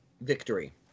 victory